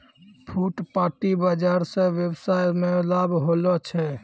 फुटपाटी बाजार स वेवसाय मे लाभ होलो छै